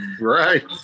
Right